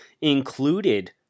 included